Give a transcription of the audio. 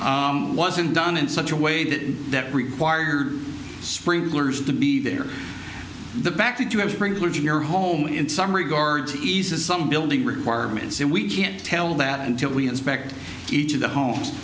wasn't done in such a way that that required sprinklers to be there the back to have sprinklers your home in some regards eases some building requirements and we can't tell that until we inspect each of the homes